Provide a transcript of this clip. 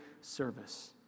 service